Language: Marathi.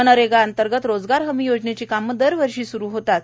मनरेगा अंतर्गत रोजगार हमी योजनेची कामे दरवर्षी स्रु होतात